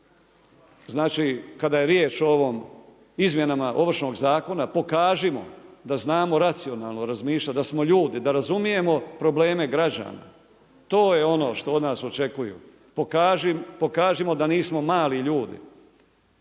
Znači, kada je riječ o ovom izmjenama ovršnog zakona, pokažimo da znamo racionalno razmišljati, da smo ljudi da razumijemo probleme građana, to je ono što od nas očekuju. Pokažimo da nismo mali ljudi.